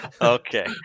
Okay